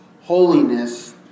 holiness